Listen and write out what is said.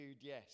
yes